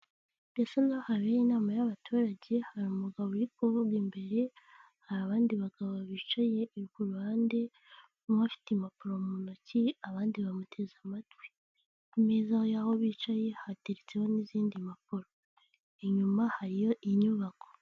Birasa naho habereye inama y'abaturage, hari umugabo uri kuvuga imbere, hari abandi bagabo bicaye ku ruhande, umwe afite impapuro mu ntoki abandi bamuteze amatwi. Ku meza y'aho bicaye hateretseho n'izindi mpapuro, inyuma hariyo inyubako.